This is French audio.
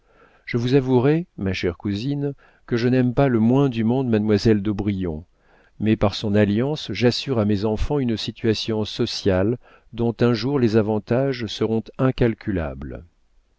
je vous avouerai ma chère cousine que je n'aime pas le moins du monde mademoiselle d'aubrion mais par son alliance j'assure à mes enfants une situation sociale dont un jour les avantages seront incalculables